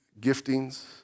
giftings